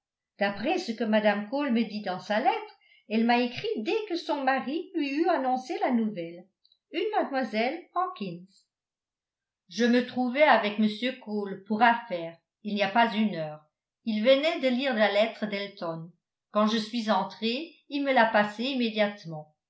d'après ce que mme cole me dit dans sa lettre elle m'a écrit dès que son mari lui eut annoncé la nouvelle une mlle hawkins je me trouvais avec m cole pour affaire il n'y a pas une heure il venait de lire la lettre d'elton quand je suis entré et il me l'a passée immédiatement